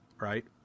Right